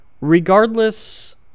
Regardless